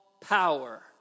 power